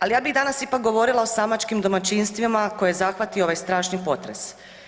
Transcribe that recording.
Ali ja bih danas ipak govorila o samačkim domaćinstvima koje je zahvatio ovaj strašni potres.